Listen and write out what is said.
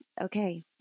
okay